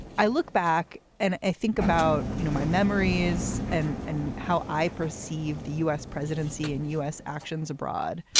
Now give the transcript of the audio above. i look back and think about, you know, my memories and and how how i perceive the u s. presidency and u s. actions abroad.